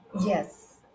Yes